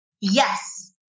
Yes